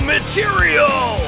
Material